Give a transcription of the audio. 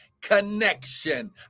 connection